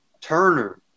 Turner